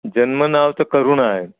जन्म नाव तरं करूणा आहे